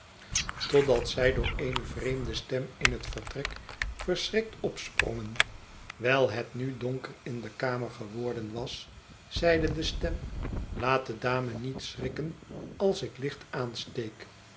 totdat zij door eene vreemde stem in het vertrek verschrikt opsprongen wijl het na donker in de kamer geworden was seide de stem laat de dame niet schrikken als ik licht aansteek